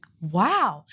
wow